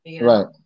Right